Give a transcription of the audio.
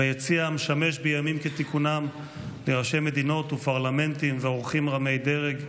ביציע המשמש בימים כתיקונם לראשי מדינות ופרלמנטים ואורחים רמי דרג,